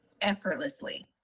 effortlessly